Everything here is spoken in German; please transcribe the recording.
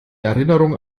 erinnerung